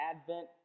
Advent